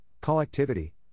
collectivity